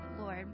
Lord